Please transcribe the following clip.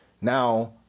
Now